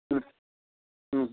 ಹ್ಞೂ ಹ್ಞೂ